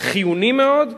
חיוני מאוד,